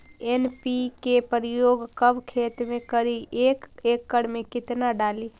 NPK प्रयोग कब खेत मे करि एक एकड़ मे कितना डाली?